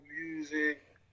Music